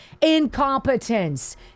incompetence